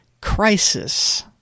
crisis